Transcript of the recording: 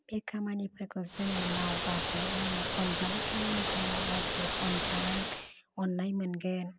बे खामानिफोरखौ जोङो मावबासो जोङो अनजानाय खामानिखौ मावबासो अनजानाय अन्नाय मोनगोन